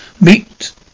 meet